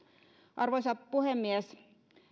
arvoisa puhemies